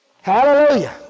Hallelujah